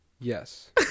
Yes